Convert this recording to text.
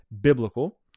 biblical